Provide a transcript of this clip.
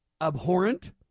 abhorrent